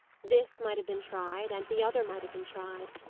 this might have been tried, and the other might have been tried.